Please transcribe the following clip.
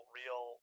real